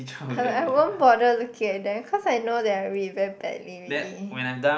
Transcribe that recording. I I won't bother looking at them cause I know that I read very badly already